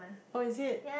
oh is it